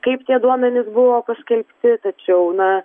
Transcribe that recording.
kaip tie duomenys buvo paskelbti tačiau na